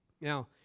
Now